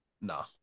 Nah